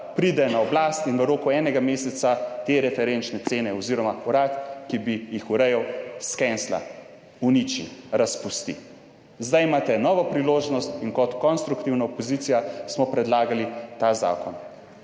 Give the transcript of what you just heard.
pride na oblast in v roku enega meseca te referenčne cene - oziroma urad, ki bi jih urejal - skensla, uniči, razpusti. Zdaj imate novo priložnost, in kot konstruktivna opozicija smo predlagali ta zakon.